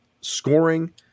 scoring